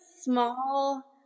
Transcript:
small